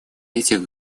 этих